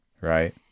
Right